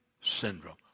syndrome